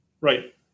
Right